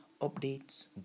updates